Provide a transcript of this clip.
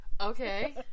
okay